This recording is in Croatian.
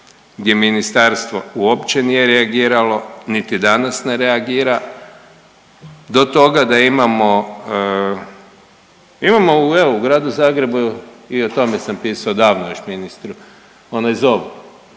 gdje ministarstvo uopće nije reagiralo, niti danas ne reagira, do toga da imamo, imamo evo u Gradu Zagrebu, i o tome sam pisao davno još ministru onaj ZOV